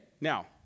Now